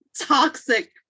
toxic